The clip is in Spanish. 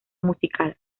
musical